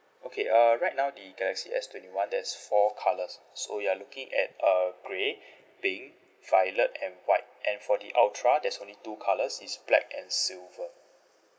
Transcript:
okay uh right now the galaxy S twenty one there's four colours so you are looking at uh grey pink violet and white and for the ultra there's only two colours it's black and silver